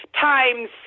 times